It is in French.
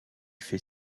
fait